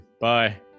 Bye